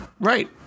Right